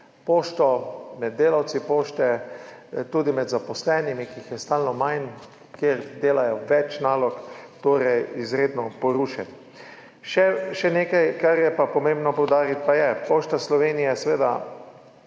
Pošto, med delavci Pošte, tudi med zaposlenimi, ki jih je stalno manj in kjer delajo več nalog, izredno porušen. Še nekaj, kar je pomembno poudariti, pa je, da Pošta Slovenije oziroma